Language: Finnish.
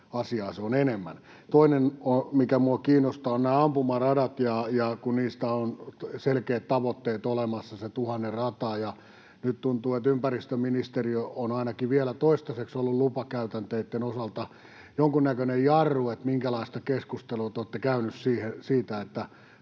Toinen, mikä minua kiinnostaa, ovat nämä ampumaradat. Kun niistä on selkeät tavoitteet olemassa, se tuhannen rataa, ja nyt tuntuu, että ympäristöministeriö on ainakin vielä toistaiseksi ollut lupakäytänteitten osalta jonkunnäköinen jarru, niin minkälaista keskustelua te olette käyneet siitä,